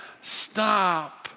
stop